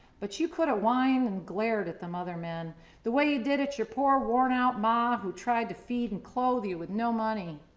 but you could have whined and glared at them other men the way you did at your poor, worn out ma, who tried to feed and clothe you with no money.